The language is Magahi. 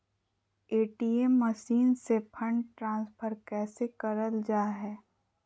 ए.टी.एम मसीन से फंड ट्रांसफर कैसे करल जा है?